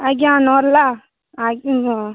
ଆଜ୍ଞା ନର୍ଲା ଆଜ୍ଞା ହଁ